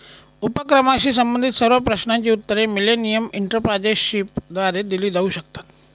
उपक्रमाशी संबंधित सर्व प्रश्नांची उत्तरे मिलेनियम एंटरप्रेन्योरशिपद्वारे दिली जाऊ शकतात